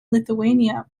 lithuania